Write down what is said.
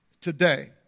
today